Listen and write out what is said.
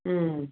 उम